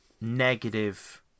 negative